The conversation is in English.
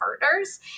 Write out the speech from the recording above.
partners